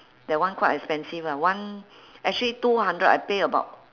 that one quite expensive [one] one actually two hundred I pay about